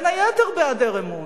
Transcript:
בין היתר, בהיעדר אמון.